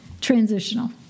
transitional